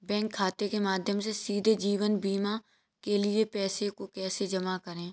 Bank खाते के माध्यम से सीधे जीवन बीमा के लिए पैसे को कैसे जमा करें?